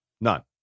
None